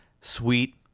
Sweet